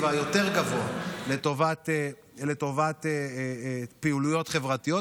היותר-גבוה לטובת פעילויות חברתיות.